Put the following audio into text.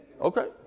Okay